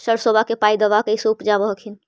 सरसोबा के पायदबा कैसे उपजाब हखिन?